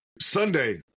Sunday